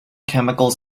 chemicals